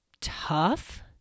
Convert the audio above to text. tough